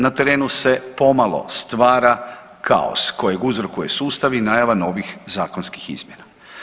Na terenu se pomalo stvara kaos kojeg uzrokuje sustav i najava novih zakonskih izmjena.